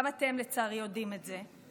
גם אתם, לצערי, יודעים את זה.